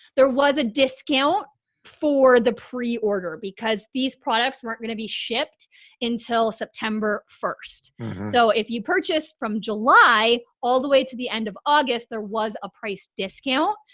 there was a discount for the pre-order because these products weren't going to be shipped until september first so if you purchased from july all the way to the end of august, there was a price discount.